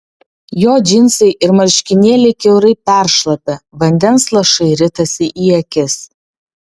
jo džinsai ir marškinėliai kiaurai peršlapę vandens lašai ritasi į akis